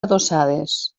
adossades